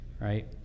right